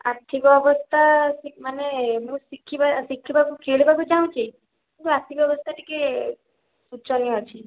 ଆର୍ଥିକ ଅବସ୍ଥା ମାନେ ମୁଁ ଶିଖିବା ଶିଖିବାକୁ ଖେଳିବାକୁ ଚାହୁଁଛି କିନ୍ତୁ ଆର୍ଥିକ ଅବସ୍ଥା ଟିକିଏ ଶୋଚନୀୟ ଅଛି